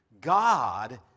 God